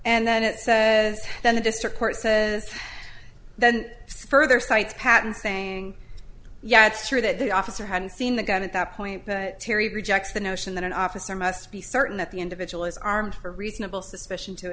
court says then further cites patents saying yeah it's true that the officer hadn't seen the gun at that point but terry rejects the notion that an officer must be certain that the individual is armed for reasonable suspicion to